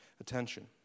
attention